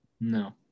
No